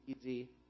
easy